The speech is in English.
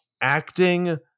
acting